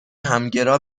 همگرا